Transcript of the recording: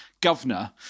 Governor